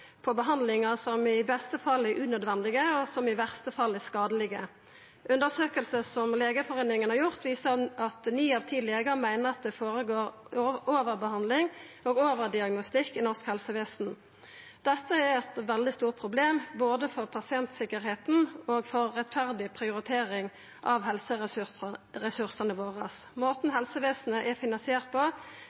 på behandlingar som i beste fall er unødvendige, og som i verste fall er skadelege. Undersøkingar som Legeforeningen har gjort, viser at ni av ti legar meiner at det skjer overbehandling og overdiagnostikk i norsk helsevesen. Dette er eit veldig stort problem, både for pasientsikkerheita og for rettferdig prioritering av helseressursane våre. Måten helsevesenet er finansiert på,